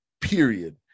Period